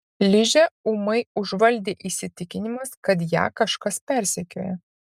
ližę ūmai užvaldė įsitikinimas kad ją kažkas persekioja